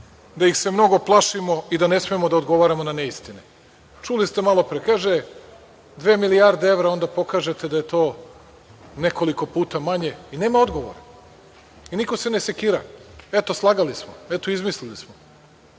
da ih se mnogo plašimo i da ne smemo da odgovaramo na neistine. Čuli ste malo pre, kaže, dve milijarde evra, onda pokažete da je to nekoliko puta manje i nema odgovora i niko se ne sekira, eto slagali smo, eto izmislili smo.